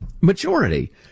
majority